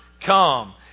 come